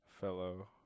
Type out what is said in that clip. fellow